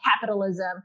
capitalism